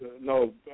no